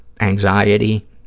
anxiety